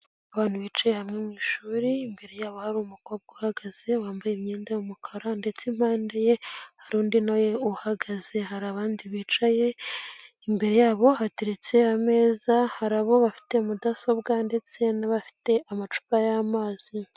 Abantu bicaye hamwe mu ishuri, imbere yabo hari umukobwa uhagaze wambaye imyenda y'umukara ndetse impande ye hari undi na we uhagaze, hari abandi bicaye imbere yabo hateretse ameza, hari abo bafite mudasobwa ndetse n'abafite amacupa y'amazi.